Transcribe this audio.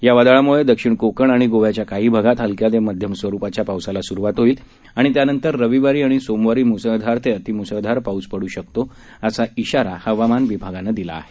या वादळामुळे दक्षिण कोकण आणि गोव्याच्या काही भागात हलक्या ते मध्यम स्वरुपाच्या पावसाला स्रुवात होईल आणि त्यानंतर रविवारी आणि सोमवारी म्सळधार ते अतिम्सळधार पाऊस पडू शकतो असा इशारा हवामान विभागानं दिला आहे